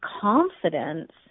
confidence